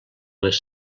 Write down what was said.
les